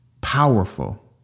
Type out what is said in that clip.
powerful